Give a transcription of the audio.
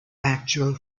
actual